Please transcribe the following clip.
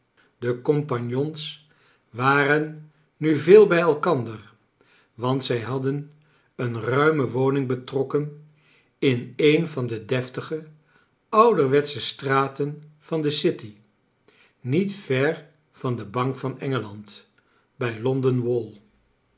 de compagnons waren nu veel bij elkander want zij hadden een ruime woning betrokken in een van de deftige ouderwetsche straten van de city niet ver van de bank van engeland bij london wall